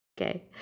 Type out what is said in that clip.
Okay